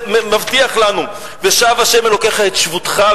שמבטיח לנו: ושב ה' אלוקיך את שבותך,